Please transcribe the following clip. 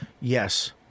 Yes